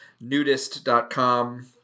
nudist.com